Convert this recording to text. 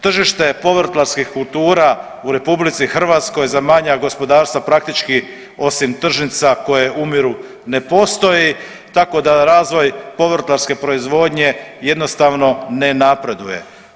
Tržište je povrtlarskih kultura u RH za manja gospodarstva praktički osim tržnica koje umiru ne postoji, tako da razvoj povrtlarske proizvodnje jednostavno ne napreduje.